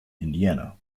indiana